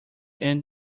end